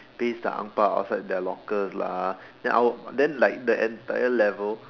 paste their angbao outside their lockers lah then our then like the entire level